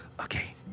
Okay